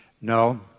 No